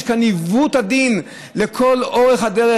יש כאן עיוות הדין לכל אורך הדרך.